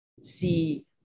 see